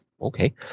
Okay